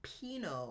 pinot